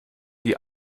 die